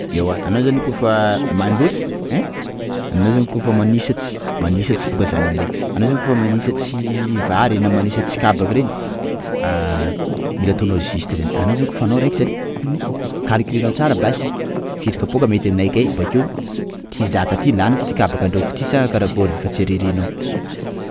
Ewa, anao zany koafa mandôky ein anao zany koafa manisatry, manisatry boka zany aminay, anao zany koafa manisatry vary na manisatry kabaka reny, mila ataonao juste zany, anao zany koafa anao reky zany tokony calculenao tsara basy firy kapoka mety aminakay, bakeo ty zaka ty laniko ty kabaka andrahoako ty sa karakory fa tsy ariarinao.